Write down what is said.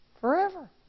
Forever